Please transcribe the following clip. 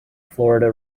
florida